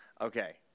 Okay